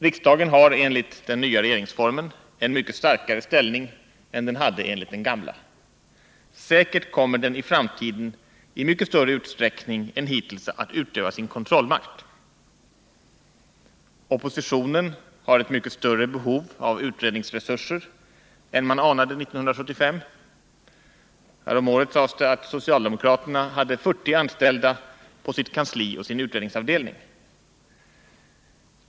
Riksdagen har enligt den nya regeringsformen en mycket starkare ställning än den hade enligt den gamla. Säkert kommer riksdagen i framtiden i mycket större utsträckning än hittills att utöva sin kontrollmakt. Oppositionen har ett mycket större behov av utredningsresurser än man anade 1975 — häromåret sades det att socialdemokraterna hade 40 anställda på sitt kansli och sin utredningsavdelning.